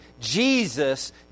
Jesus